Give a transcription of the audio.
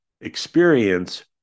experience